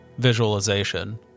visualization